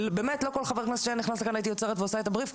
לא כל חבר כנסת שהיה נכנס לכאן הייתי עוצרת ועושה את הבריף,